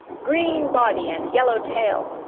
green body and yellow tail,